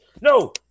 No